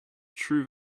true